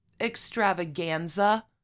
extravaganza